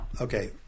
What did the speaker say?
Okay